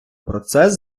процес